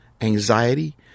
anxiety